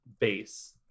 base